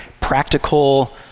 practical